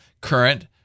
current